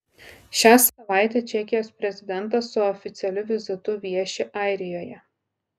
šią savaitę čekijos prezidentas su oficialiu vizitu vieši airijoje